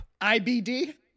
IBD